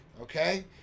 okay